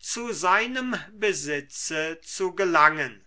zu seinem besitze zu gelangen